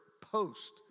post